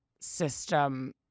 system